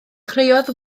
dechreuodd